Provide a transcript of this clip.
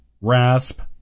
rasp